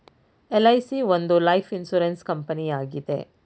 LIC ಒಂದು life insurance ಕಂಪನಿಯಾಗಿದೆ